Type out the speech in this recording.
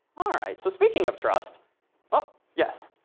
ah right, so speaking of trust oh, yes.